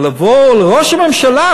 אבל ראש הממשלה,